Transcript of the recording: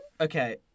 Okay